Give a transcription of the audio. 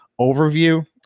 overview